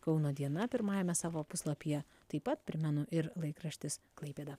kauno diena pirmajame savo puslapyje taip pat primenu ir laikraštis klaipėda